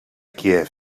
kíev